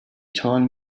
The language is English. told